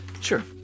Sure